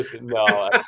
No